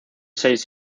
seis